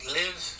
live